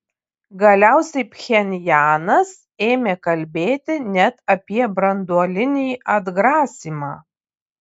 galiausiai pchenjanas ėmė kalbėti net apie branduolinį atgrasymą